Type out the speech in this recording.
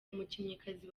umukinnyikazi